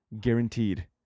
Guaranteed